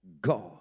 God